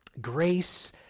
Grace